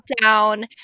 down